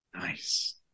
Nice